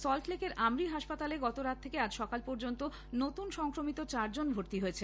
সল্টলেকের আমরি হাসপাতালে গতরাত থেকে আজ সকাল পর্যন্ত নতুন সংক্রমিত চারজন ভর্তি হয়েছেন